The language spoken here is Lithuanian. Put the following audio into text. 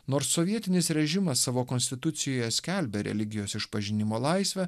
nors sovietinis režimas savo konstitucijoje skelbė religijos išpažinimo laisvę